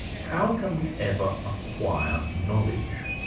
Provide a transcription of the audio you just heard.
how can we ever acquire knowledge?